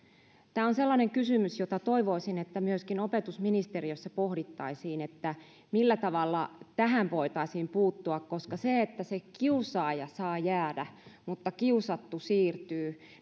tämä on sellainen kysymys jota toivoisin että myöskin opetusministeriössä pohdittaisiin ja sitä millä tavalla tähän voitaisiin puuttua koska se että se kiusaaja saa jäädä mutta kiusattu siirtyy